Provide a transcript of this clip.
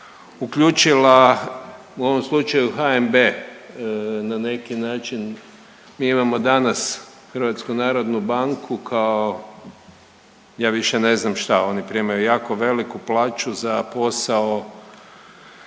uključila u ovom slučaju HNB na neki način. Mi imamo danas Hrvatsku narodnu banku kao ja više ne znam šta. Oni primaju jako veliku plaću za posao